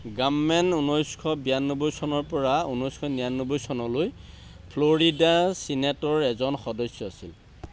গামমেন ঊনৈশ বিৰানব্বৈ চনৰপৰা ঊনৈশ নিৰানব্বৈ চনলৈ ফ্ল'ৰিডা ছিনেটৰ এজন সদস্য আছিল